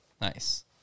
Nice